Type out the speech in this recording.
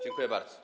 Dziękuję bardzo.